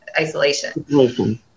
isolation